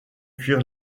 cuire